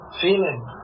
feeling